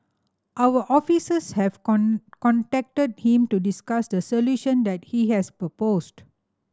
our officers have contacted him to discuss the solution that he has proposed